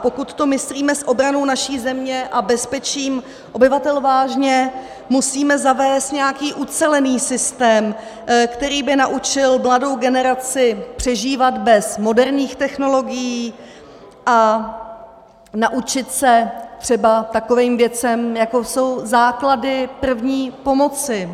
Pokud to myslíme s obranou naší země a bezpečím obyvatel vážně, musíme zavést nějaký ucelený systém, který by naučil mladou generaci přežívat bez moderních technologií, a naučit se třeba takovým věcem, jako jsou základy první pomoci.